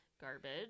Garbage